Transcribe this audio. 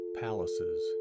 palaces